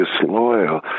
disloyal